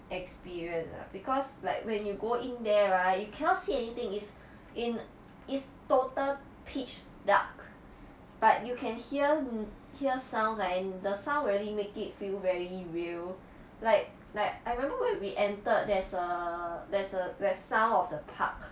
experience ah because like when you go in there right you cannot see anything it's in its total pitch dark but you can hear mm hear sounds like and the sound really make it feel very real like like I remember when we entered there's a there's a there's sound of the park